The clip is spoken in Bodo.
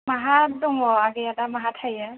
बहा दङ आगैया दा माहा थायो